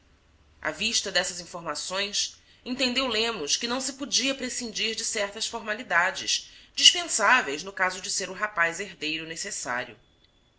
à vista destas informações entendeu lemos que não se podia prescindir de certas formalidades dispensáveis no caso de ser o rapaz herdeiro necessário